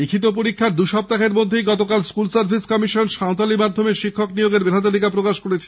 লিখিত পরীক্ষার দুসপ্তাহের মধ্যেই গতকাল স্কুল সার্ভিস কমিশন সাঁওতালি মাধ্যমে শিক্ষক নিয়োগের মেধা তালিকা প্রকাশ করেছে